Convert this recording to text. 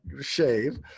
shave